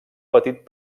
petit